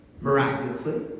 miraculously